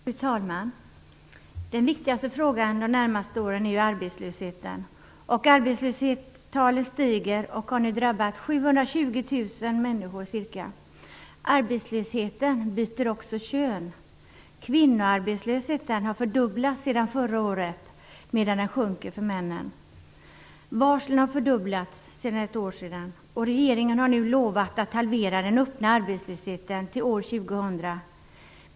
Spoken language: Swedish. Fru talman! Den viktigaste frågan under de närmaste åren är arbetslösheten. Arbetslöshetstalen stiger, och arbetslösheten har nu drabbat ca 720 000 människor. Arbetslösheten byter också kön. Kvinnoarbetslösheten har fördubblats sedan förra året medan den sjunker för män. Varslen har fördubblats på ett år. Regeringen har nu lovat att halvera den öppna arbetslösheten till år 2000.